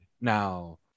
Now